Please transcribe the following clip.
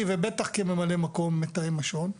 ובטח כממלא מקום מתאם השבויים והנעדרים,